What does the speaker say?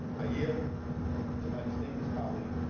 i yield to my distinguished colleague,